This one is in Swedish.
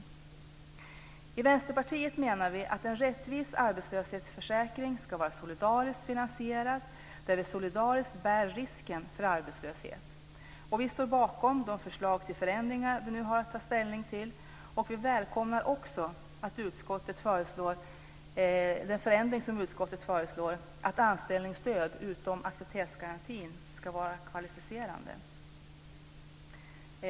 Vi i Vänsterpartiet menar att en rättvis arbetslöshetsförsäkring ska vara solidariskt finansierad där vi solidariskt bär risken för arbetslöshet. Vi står bakom de förslag till förändringar vi nu har att ta ställning till. Vi välkomnar också den förändring som utskottet föreslår, att anställningsstöd förutom aktivitetsgaranti ska vara kvalificerande.